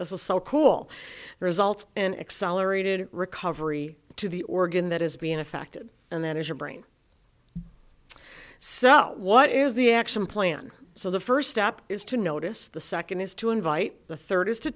this is so cool results in accelerated recovery to the organ that is being affected and that is your brain so what is the action plan so the first step is to notice the second is to invite the third is to